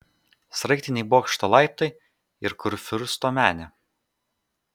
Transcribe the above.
sraigtiniai bokšto laiptai ir kurfiursto menė